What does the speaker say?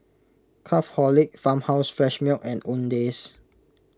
Craftholic Farmhouse Fresh Milk and Owndays